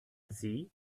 see